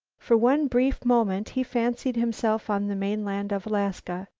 for one brief moment he fancied himself on the mainland of alaska.